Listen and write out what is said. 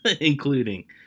including